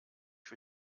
für